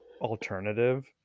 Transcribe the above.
alternative